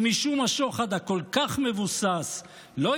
עם אישום השוחד המבוסס כל כך,